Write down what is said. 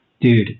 dude